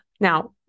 Now